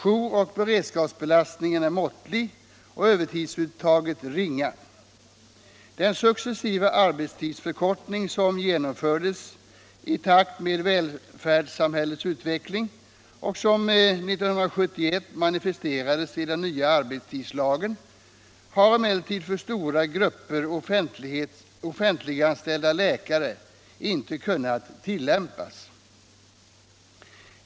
Jouroch beredskapsbelastningen är måttlig och övertidsuttaget ringa. Den successiva arbetstidsförkortningen som genomförts i takt med välfärdssamhällets utveckling och som 1971 manifesterades i den nya arbetstidslagen har emellertid för stora grupper offentliganställda läkare inte kunnat tillämpas.